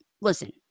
Listen